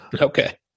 Okay